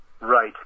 Right